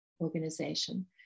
organization